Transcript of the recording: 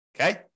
Okay